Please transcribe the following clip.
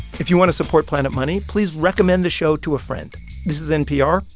if you want to support planet money, please recommend the show to a friend this is npr.